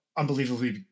unbelievably